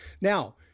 Now